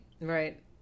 Right